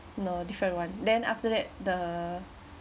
no different one then after that the